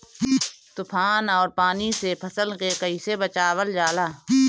तुफान और पानी से फसल के कईसे बचावल जाला?